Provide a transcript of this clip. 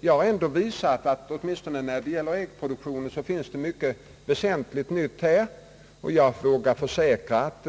Jag har ändå visat att åtminstone när det gäller äggproduktionen finns det mycket nytt här. Jag vågar utgå ifrån att